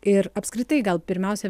ir apskritai gal pirmiausia